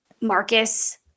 Marcus